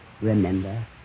remember